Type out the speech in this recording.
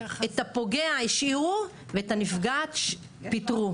את הפוגע השאירו ואת הנפגעת פיטרו.